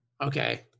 Okay